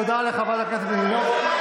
תודה, לחברת הכנסת מלינובסקי.